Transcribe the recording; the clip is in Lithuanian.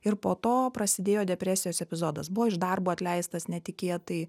ir po to prasidėjo depresijos epizodas buvo iš darbo atleistas netikėtai